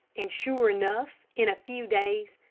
and sure enough, in a few days,